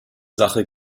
sache